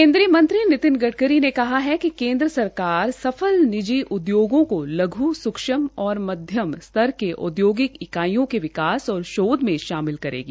केन्द्रीय मंत्री नितिन गड़करी ने कहा है कि केन्द्र सरकार सफल निजी उद्योगों को लघ् सूक्ष्म और मध्यम स्तर के औद्योगिक इकाड्रयों के विकास और शोध में शामिल करेगी